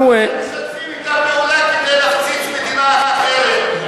משתפים אתם פעולה כדי להפציץ מדינה אחרת.